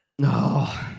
No